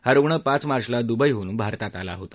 हा रुग्ण पाच मार्चला दुबईहून भारतात आला होता